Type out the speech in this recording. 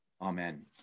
Amen